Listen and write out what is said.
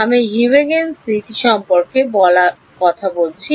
আমরা হিউজেনস নীতি সম্পর্কে কথা বলেছি